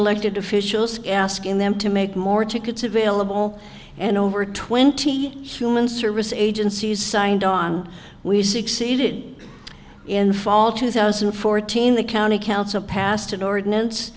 elected officials asking them to make more tickets available and over twenty suman service agencies signed on we succeeded in fall two thousand and fourteen the county council passed an ordinance